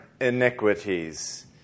iniquities